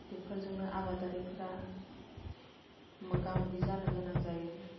बेफोरजोंनो आबादारिफोरा मोगा मोगि जानो गोनां जायो